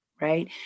right